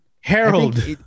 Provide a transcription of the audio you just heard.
Harold